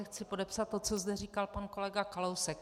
Chci podepsat to, co zde říkal pan kolega Kalousek.